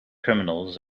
criminals